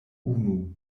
unu